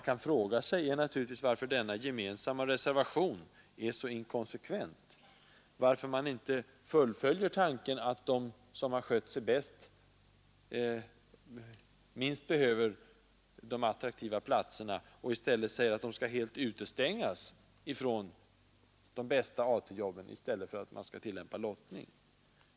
En fråga som också kan ställas är varför denna gemensamma reservation är så inkonsekvent. Varför fullföljer man inte tanken att de som har skött sig bäst är de som minst behöver de attraktiva platserna? Varför säger man inte att de skall helt utestängas från de bästa AT-jobben, i stället för att man förordar lottning?